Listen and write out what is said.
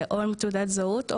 זה או עם תעודת זהות,